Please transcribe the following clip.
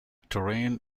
terrain